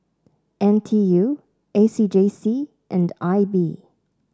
N T U A C J C and I B